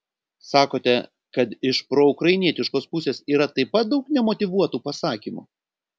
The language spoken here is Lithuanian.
sakote kad iš proukrainietiškos pusės yra taip pat daug nemotyvuotų pasakymų